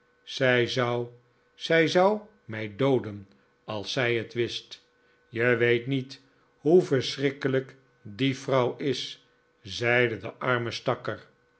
zij zou zij zou mij dooden als zij het wist je weet niet hoe verschrikkelijk die vrouw is zeide de arme stakker